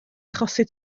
achosi